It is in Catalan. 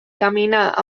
caminar